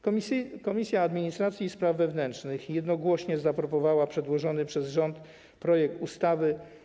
Komisja Administracji i Spraw Wewnętrznych jednogłośnie zaaprobowała przedłożony przez rząd projekt ustawy.